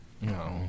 no